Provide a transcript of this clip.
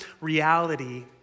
reality